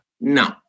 No